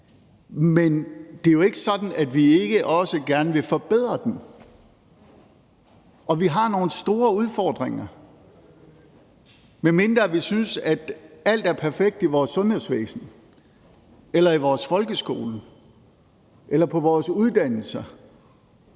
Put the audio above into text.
Men det er jo ikke sådan, at vi ikke også gerne vil forbedre den. Og vi har nogle store udfordringer. Medmindre vi synes, at alt er perfekt i vores sundhedsvæsen eller i vores folkeskole eller på vores uddannelser,